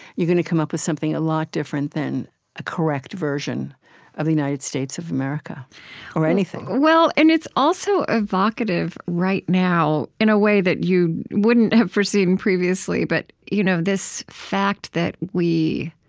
you're going to come up with something a lot different than a correct version of the united states of america or anything and it's also evocative right now, in a way that you wouldn't have foreseen previously, but you know this fact that we,